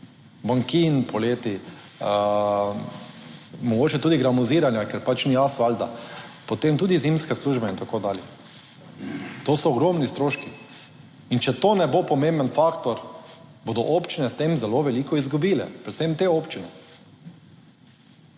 bankin poleti, mogoče tudi gramoziranja, ker pač ni asfalta, potem tudi zimske službe in tako dalje. To so ogromni stroški. In če to ne bo pomemben faktor, bodo občine s tem zelo veliko izgubile, predvsem te občine.